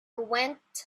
went